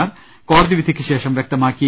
മാർ കോടതി വിധിക്കു ശേഷം വ്യക്തമാക്കി